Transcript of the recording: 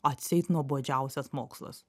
atseit nuobodžiausias mokslas